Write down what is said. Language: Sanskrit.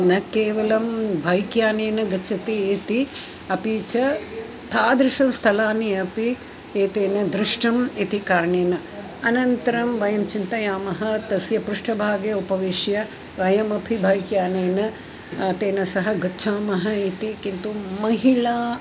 न केवलं भैक्यानेन गच्छति इति अपि च तादृशं स्थलानि अपि एतेन दृष्टम् इति कारणेन अनन्तरं वयं चिन्तयामः तस्य पृष्ठभागे उपविश्य वयमपि बैक्यानेन तेन सह गच्छामः इति किन्तु महिला